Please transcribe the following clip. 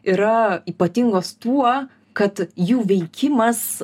yra ypatingos tuo kad jų veikimas